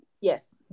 Yes